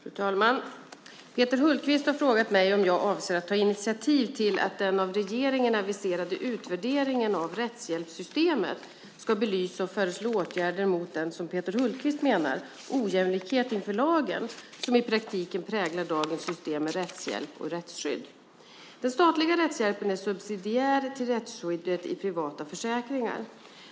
Fru talman! Peter Hultqvist har frågat mig om jag avser att ta initiativ till att den av regeringen aviserade utvärderingen av rättshjälpssystemet ska belysa och föreslå åtgärder mot den, som Peter Hultqvist menar, ojämlikhet inför lagen som i praktiken präglar dagens system med rättshjälp och rättsskydd. Den statliga rättshjälpen är subsidiär till rättsskyddet i privata försäkringar.